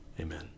Amen